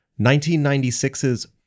1996's